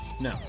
No